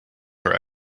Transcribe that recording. her